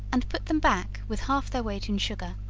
and put them back, with half their weight in sugar,